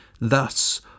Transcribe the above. thus